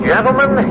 Gentlemen